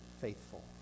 faithful